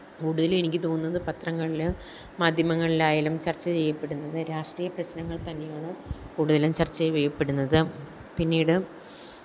കൂടുതലും എനിക്ക് തോന്നുന്നത് പത്രങ്ങളിൽ മാധ്യമങ്ങളിലായാലും ചര്ച്ച ചെയ്യപ്പെടുന്നത് രാഷ്ട്രീയ പ്രശ്നങ്ങള് തന്നെയാണ് കൂടുതലും ചര്ച്ച ചെയ്യപ്പെടുന്നത് പിന്നീട്